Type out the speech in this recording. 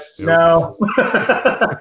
No